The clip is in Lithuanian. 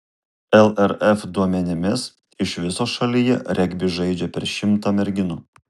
lrf duomenimis iš viso šalyje regbį žaidžia per šimtą merginų